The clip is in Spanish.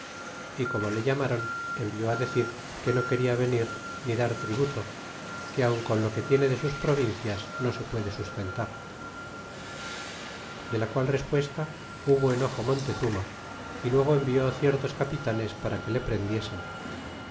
y como le llamaron envió á decir que no quena venir ni dar tributo que aun con lo que tiene de sus provincias no se puede sustentar de la qual respuesta hubo enojo montezurna y luego envió ciertos capitanes para que le prendiesen